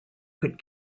could